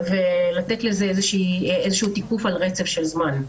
ולתת לזה תיקוף על רצף של זמן.